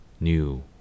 new